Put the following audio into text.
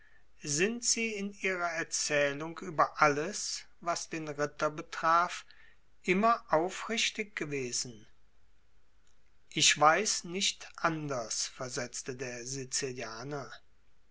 sind sie in ihrer erzählung über alles was den ritter betraf immer aufrichtig gewesen ich weiß nicht anders versetzte der sizilianer